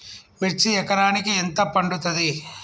మిర్చి ఎకరానికి ఎంత పండుతది?